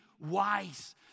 wise